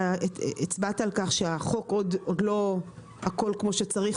הצבעת על כך שהחוק עדיין לא עובד כמו שצריך,